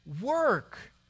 work